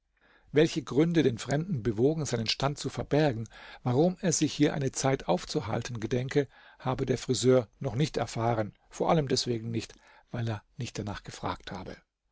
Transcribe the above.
welche gründe den fremden bewogen seinen stand zu verbergen warum er sich hier eine zeit aufzuhalten gedenke habe der friseur noch nicht erfahren vor allem deswegen nicht weil er nicht danach gefragt habe